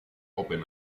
open